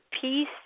peace